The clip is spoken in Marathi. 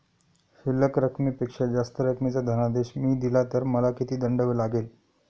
शिल्लक रकमेपेक्षा जास्त रकमेचा धनादेश मी दिला तर मला किती दंड लागेल?